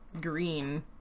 green